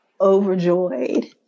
overjoyed